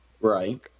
Right